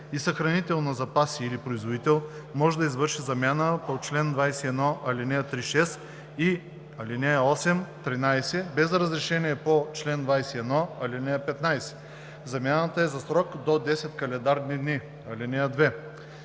и съхранител на запаси или производител, може да извърши замяна по чл. 21, ал. 3 – 6 и ал. 8 – 13 без разрешение по чл. 21, ал. 15. Замяната е за срок до 10 календарни дни.